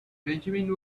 benjamin